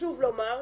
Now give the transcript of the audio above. חשוב לומר,